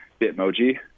Bitmoji